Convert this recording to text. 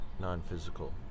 non-physical